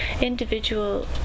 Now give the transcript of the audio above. individual